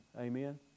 Amen